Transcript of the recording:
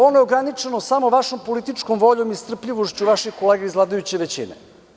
Ono je ograničeno samo vašom političkom voljom i strpljivošću vaših kolega iz vladajuće većine.